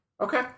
Okay